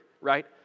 right